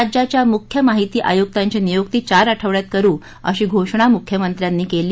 राज्याच्या मुख्य माहिती आयुक्तांची नियुक्ती चार आठवङ्यात करू अशी घोषणा मुख्यमंत्र्यांनी केली